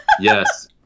Yes